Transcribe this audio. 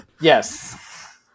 yes